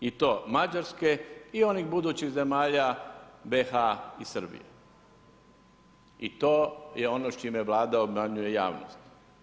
I to Mađarske i onih budućih zemalja BiH i Srbije i to je ono s čime Vlada obmanjuje javnost.